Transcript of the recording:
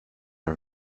are